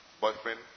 boyfriend